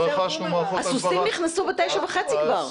רכשנו מערכות הגברה --- הסוסים נכנסו בתשע וחצי כבר.